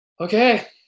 Okay